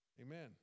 Amen